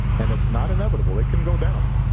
and it's not inevitable. it can go down.